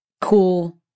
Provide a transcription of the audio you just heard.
cool